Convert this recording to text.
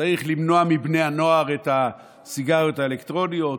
צריך למנוע מבני הנוער את הסיגריות האלקטרוניות.